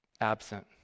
absent